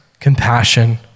compassion